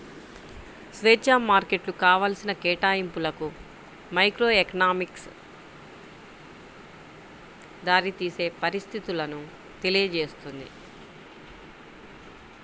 స్వేచ్ఛా మార్కెట్లు కావాల్సిన కేటాయింపులకు మైక్రోఎకనామిక్స్ దారితీసే పరిస్థితులను తెలియజేస్తుంది